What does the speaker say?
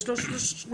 יש לו שלוש סמכויות,